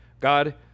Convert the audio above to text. God